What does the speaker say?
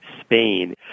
Spain